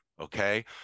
okay